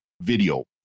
video